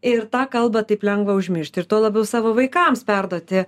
ir tą kalbą taip lengva užmiršti ir tuo labiau savo vaikams perduoti